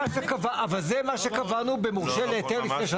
מסר מוסד הרישוי המקומי למוסד הרישוי הארצי את